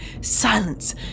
Silence